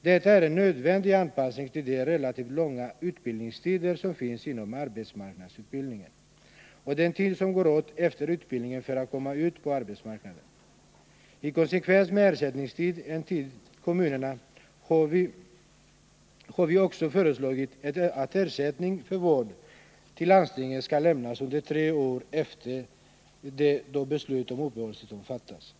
Detta är en nödvändig anpassning till de relativt långa utbildningstiderna inom arbetsmarknadsutbildningen och den tid som går åt efter utbildningen för att komma ut på arbetsmarknaden. I konsekvens med förslaget om ersättningstiden för kommunerna har vi också föreslagit att ersättning för vård till landstingen skall lämnas under tre år efter det att beslut om uppehållstillstånd fattats. Till.